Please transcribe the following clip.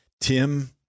Tim